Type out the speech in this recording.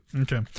Okay